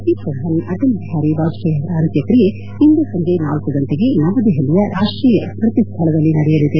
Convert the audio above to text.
ಮಾಜಿ ಶ್ರಧಾನಿ ಅಟಲ್ ಬಿಹಾರಿ ವಾಜಪೇಯಿ ಅವರ ಅಂತ್ಯಕ್ರಿಯೆ ಇಂದು ಸಂಜೆ ನಾಲ್ಲು ಗಂಟೆಗೆ ನವದೆಹಲಿಯ ರಾಷ್ಟೀಯ ಸ್ತತಿ ಸ್ಥಳದಲ್ಲಿ ನಡೆಯಲಿದೆ